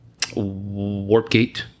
Warpgate